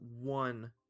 one